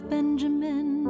Benjamin